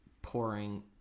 Pouring